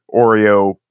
Oreo